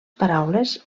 paraules